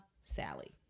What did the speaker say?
Sally